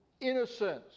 innocence